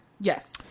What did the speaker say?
Yes